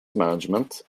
management